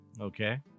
Okay